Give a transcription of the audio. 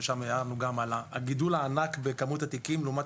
שם היה לנו גם על הגידול הענק בכמות התיקים לעומת